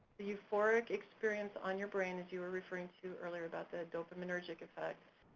the euphoric experience on your brain, as you were referring to earlier about the dopaminergic effect,